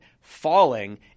falling